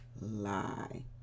lie